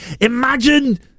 Imagine